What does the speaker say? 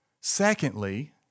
Secondly